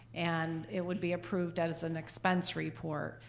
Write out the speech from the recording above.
and it would be approved as an expense report.